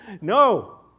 No